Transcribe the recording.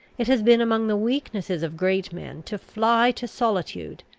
it has been among the weaknesses of great men to fly to solitude,